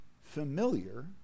familiar